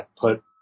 put